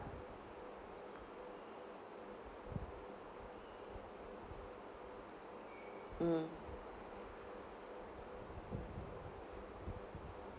mm